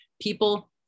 people